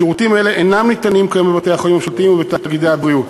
שירותים אלה אינם ניתנים כיום בבתי-החולים הממשלתיים ובתאגידי הבריאות.